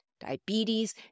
diabetes